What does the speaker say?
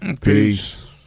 Peace